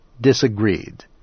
disagreed